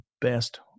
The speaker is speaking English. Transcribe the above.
best